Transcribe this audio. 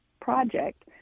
project